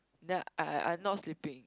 then I I not sleeping